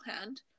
hand